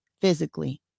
physically